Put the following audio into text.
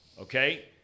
okay